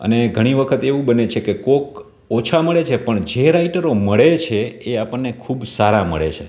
અને ઘણી વખત એવું બને છે કે કોઈક ઓછા મળે છે પણ જે રાઇટરો મળે છે એ આપણને ખૂબ સારા મળે છે